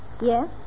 Yes